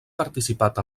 participat